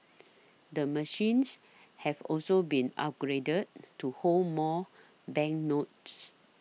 the machines have also been upgraded to hold more banknotes